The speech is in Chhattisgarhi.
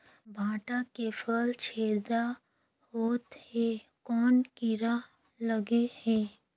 भांटा के फल छेदा होत हे कौन कीरा लगे हे?